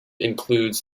includes